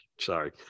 Sorry